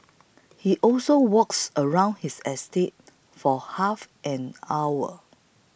he also walks around his estate for half an hour